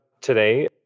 today